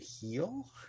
heal